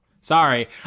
Sorry